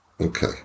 Okay